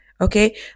okay